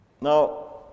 Now